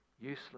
useless